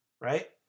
right